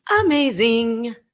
amazing